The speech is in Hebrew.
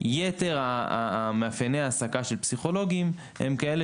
יתר מאפייני ההעסקה של פסיכולוגים הם כאלה